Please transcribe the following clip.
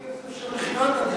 מה אתה עושה עם הכסף של מכירת הדיור?